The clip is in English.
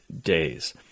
days